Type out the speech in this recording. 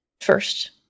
First